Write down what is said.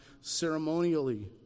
ceremonially